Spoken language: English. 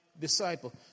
disciple